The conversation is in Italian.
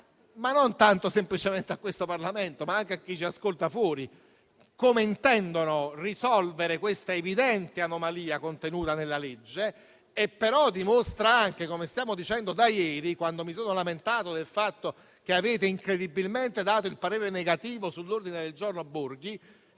tanto e non semplicemente a questo Parlamento ma anche a chi ci ascolta e che è fuori di qui, come si intende risolvere questa evidente anomalia contenuta nella legge. Ciò dimostra anche, come stiamo dicendo da ieri (quando mi sono lamentato del fatto che avete incredibilmente espresso un parere negativo sull'ordine del giorno del